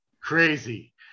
Crazy